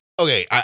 Okay